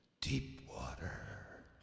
Deepwater